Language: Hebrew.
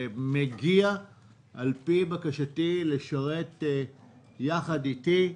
ומגיע על פי בקשתי לשרת יחד איתי.